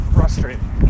Frustrating